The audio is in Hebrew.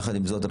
יחד עם זאת,